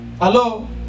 Hello